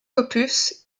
opus